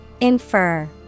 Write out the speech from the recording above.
Infer